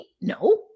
No